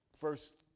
first